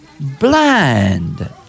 blind